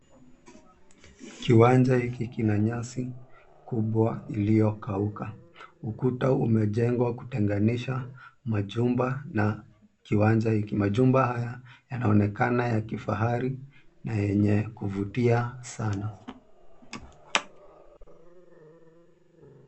Kiwanja hiki kina nyasi kubwa iliyokauka. Ukuta umejengwa kutenganisha majumba na kiwanja hiki. Majumba haya yanaonekana ya kifahari na yenye kuvutia sana.